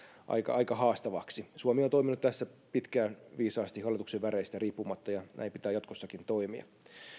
aika aika haastavaksi suomi on toiminut tässä pitkään viisaasti hallituksen väreistä riippumatta ja näin pitää jatkossakin toimia